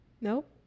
Nope